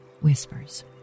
whispers